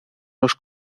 los